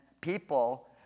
People